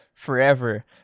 Forever